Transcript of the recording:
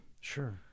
sure